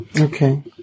Okay